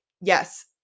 yes